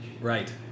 Right